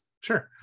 Sure